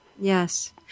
Yes